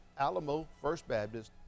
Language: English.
alamofirstbaptist